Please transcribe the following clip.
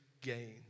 gain